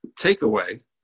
takeaway